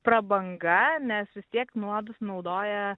prabanga nes vis tiek nuodus naudoja